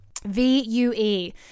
V-U-E